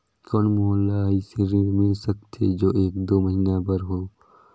कौन मोला अइसे ऋण मिल सकथे जो एक दो महीना बर हो?